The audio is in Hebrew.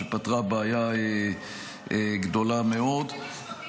שפתרה בעיה גדולה מאוד -- משפטיים